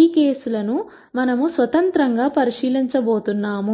ఈ కేసు లను మనం స్వతంత్రంగా పరిశీలించబోతున్నాం